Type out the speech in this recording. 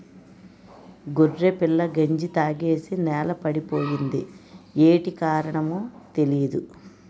గొర్రెపిల్ల గంజి తాగేసి నేలపడిపోయింది యేటి కారణమో తెలీదు